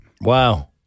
Wow